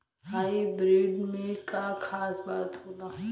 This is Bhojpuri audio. हाइब्रिड में का खास बात होला?